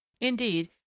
indeed